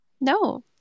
No